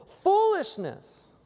foolishness